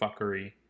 fuckery